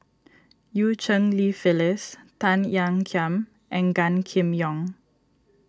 Eu Cheng Li Phyllis Tan Ean Kiam and Gan Kim Yong